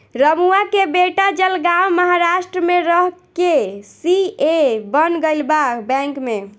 रमुआ के बेटा जलगांव महाराष्ट्र में रह के सी.ए बन गईल बा बैंक में